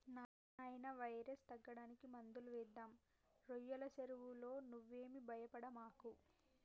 నాయినా వైరస్ తగ్గడానికి మందులు వేద్దాం రోయ్యల సెరువులో నువ్వేమీ భయపడమాకు